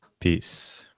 Peace